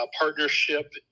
partnership